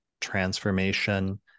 transformation